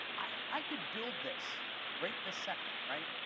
i could build this right this second, right?